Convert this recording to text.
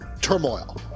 turmoil